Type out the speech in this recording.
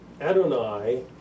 Adonai